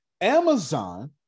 Amazon